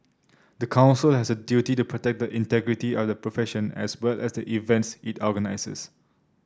the Council has a duty to protect the integrity of the profession as well as the events it organises